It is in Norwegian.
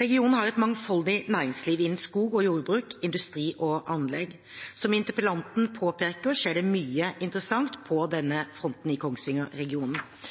Regionen har et mangfoldig næringsliv innen skog og jordbruk, industri og anlegg. Som interpellanten påpeker, skjer det mye interessant på denne